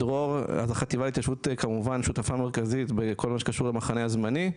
בדרור החטיבה להתיישבות כמובן שותפה מרכזית לכל מה שקשור למחנה הזמני,